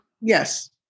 Yes